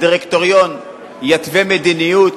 הדירקטוריון יתווה מדיניות,